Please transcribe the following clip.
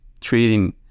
treating